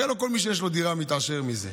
הרי לא כל מי שיש לו דירה מתעשר מזה.